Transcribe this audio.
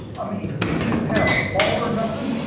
i mean you didn't have a fall or nothin',